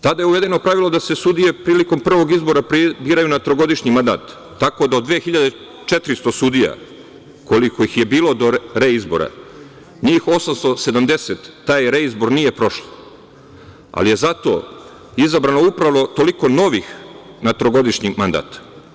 Tada je uvedeno pravilo da se sudije prilikom prvog izbora biraju na trogodišnji mandat, tako da od 2.400 sudija, koliko ih je bilo do reizbora, njih 870 taj reizbor nije prošlo, ali je zato izabrano upravo toliko novih na trogodišnji mandat.